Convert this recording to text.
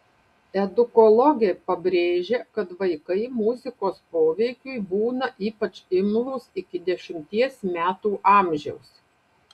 edukologė pabrėžia kad vaikai muzikos poveikiui būna ypač imlūs iki dešimties metų amžiaus